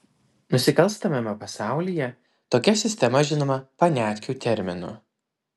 nusikalstamame pasaulyje tokia sistema žinoma paniatkių terminu